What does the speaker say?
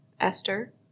Esther